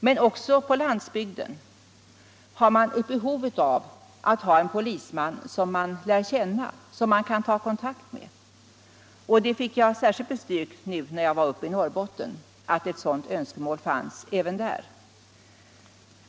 Men också på landsbygden finns det ett behov av att ha en polisman som man lär känna och som man kan ta kontakt med. Att ett sådant önskemål fanns även uppe i Norrbotten fick jag särskilt bestyrkt nu när jag var där uppe.